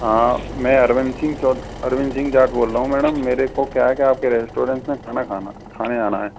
हाँ मैं अरविंद चो अरविंद सिंह जाट बोल रहा हूं मैडम मेरे को क्या है के आपके रेस्टोरेंट में खाना खाना खाने आना है